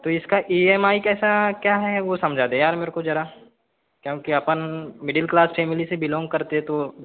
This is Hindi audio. तो इसका ई एम आई कैसा क्या है वो समझा दे यार मेरे को जरा क्योंकि अपन मिडिल क्लास फ़ैमिली से बिलॉन्ग करते तो